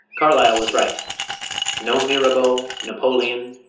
carlyle was right no mirabeau, napoleon,